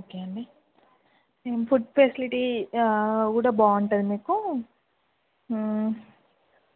okay అండి food speciality కూడా బాగుంటుంది మీకు